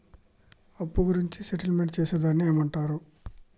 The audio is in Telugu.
అప్పు గురించి సెటిల్మెంట్ చేసేదాన్ని ఏమంటరు?